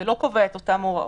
זה לא קובע את אותן הוראות,